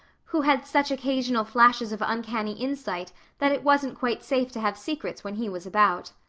who had such occasional flashes of uncanny insight that it wasn't quite safe to have secrets when he was about.